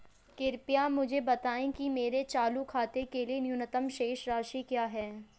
कृपया मुझे बताएं कि मेरे चालू खाते के लिए न्यूनतम शेष राशि क्या है